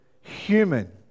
human